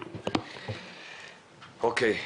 אוקיי.